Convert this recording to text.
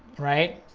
right?